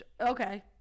Okay